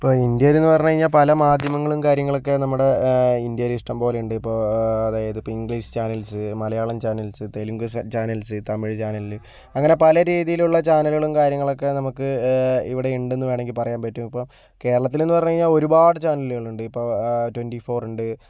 ഇപ്പോൾ ഇന്ത്യയിലെന്ന് പറഞ്ഞു കഴിഞ്ഞാൽ പല മാധ്യമങ്ങളും കാര്യങ്ങളുമൊക്കെ നമ്മുടെ ഇന്ത്യയിൽ ഇഷ്ടം പോലെയുണ്ട് ഇപ്പോൾ അതായത് ഇപ്പോൾ English channels Malayalam channels Telugu channels Tamil ചാനലിൽ അങ്ങനെ പല രീതിയിലുള്ള ചാനലുകളും കാര്യങ്ങളുമൊക്കെ നമുക്ക് ഇവിടെയുണ്ടെന്ന് വേണമെങ്കിൽ പറയാൻ പറ്റും ഇപ്പോൾ കേരളത്തിലെന്ന് പറഞ്ഞ് കഴിഞ്ഞാൽ ഒരുപാട് ചാനലുകൾ ഉണ്ട് ഇപ്പോൾ ട്വൻറി ഫോർ ഉണ്ട്